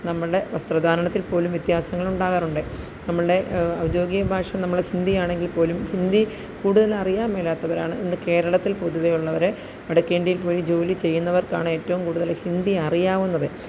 നമ്മളുടെ വസ്ത്രധാരണത്തില് പോലും വ്യത്യാസങ്ങള് ഉണ്ടാകാറുണ്ട് നമ്മളുടെ ഔദ്യോഗിക ഭാഷ നമ്മുടെ ഹിന്ദി ആണെങ്കില് പോലും ഹിന്ദി കൂടുതലും അറിയാന് മേലാത്തവര് ആണ് ഇന്ന് കേരളത്തില് പൊതുവെ ഉള്ളവര് വടക്കേൻഡ്യയില് പോയി ജോലി ചെയ്യുന്നവര്ക്കാണ് ഏറ്റവും കൂടുതല് ഹിന്ദി അറിയാവുന്നത്